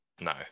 no